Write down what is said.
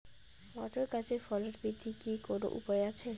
Motor গাছের ফলন বৃদ্ধির কি কোনো উপায় আছে?